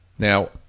Now